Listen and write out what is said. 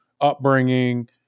upbringing